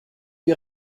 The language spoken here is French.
lui